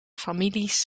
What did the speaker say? families